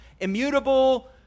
immutable